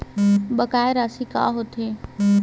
बकाया राशि का होथे?